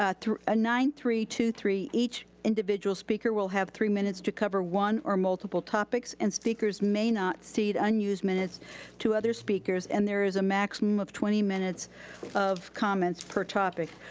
ah a nine three two three, each individual speaker will have three minutes to cover one or multiple topics. and speakers may not cede unused minutes to other speakers. and there is a maximum of twenty minutes of comments per topic.